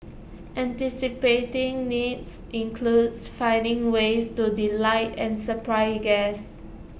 anticipating needs includes finding ways to delight and surprise guests